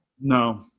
No